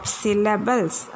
syllables